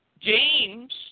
James